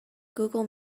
google